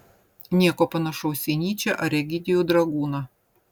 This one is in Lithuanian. nieko panašaus į nyčę ar egidijų dragūną